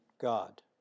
God